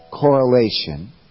correlation